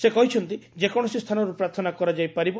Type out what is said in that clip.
ସେ କହିଛନ୍ତି ଯେକୌଣସି ସ୍ଥାନରୁ ପ୍ରାର୍ଥନା କରାଯାଇ ପାରିବ